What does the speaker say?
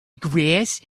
grass